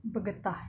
bergetah